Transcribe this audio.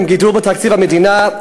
עם גידול בתקציב המדינה,